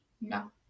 no